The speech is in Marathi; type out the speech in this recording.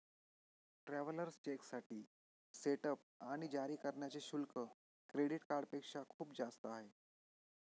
ट्रॅव्हलर्स चेकसाठी सेटअप आणि जारी करण्याचे शुल्क क्रेडिट कार्डपेक्षा खूप जास्त आहे